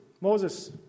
Moses